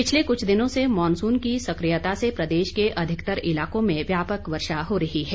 पिछले कुछ दिनों से मॉनसून की सक्रियता से प्रदेश के अधिकतर इलाकों में व्यापक वर्षा हो रही है